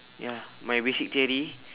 ya my basic theory